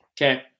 Okay